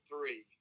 three